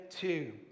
two